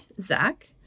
Zach